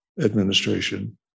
administration